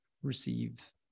receive